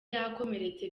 yakomeretse